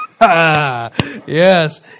Yes